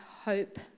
hope